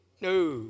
No